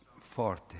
forte